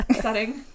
setting